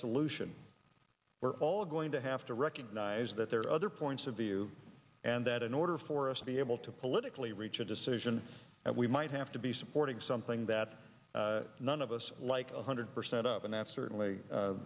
solution we're all going to have to recognize that there are other points of view and that in order for us to be able to politically reach a decision and we might have to be supporting something that none of us like one hundred percent of and that's certainly